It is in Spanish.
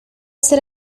hacer